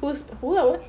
who's who though